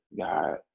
God